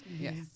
Yes